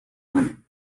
lenin